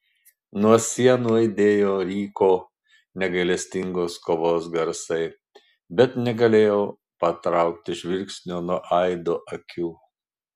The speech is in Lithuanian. nuo sienų aidėjo ryko negailestingos kovos garsai bet negalėjau patraukti žvilgsnio nuo aido akių